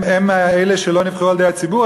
הם אלה שלא נבחרו על-ידי הציבור,